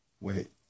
Wait